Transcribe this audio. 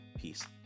peace